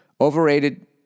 overrated